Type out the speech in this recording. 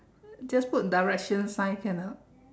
just put direction sign can or not